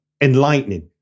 enlightening